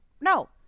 No